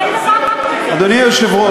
אדוני היושב-ראש,